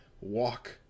Walk